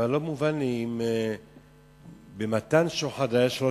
אבל לא מובן לי: במתן שוחד היה העונש שלוש